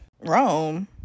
Rome